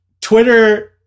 Twitter